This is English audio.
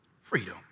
Freedom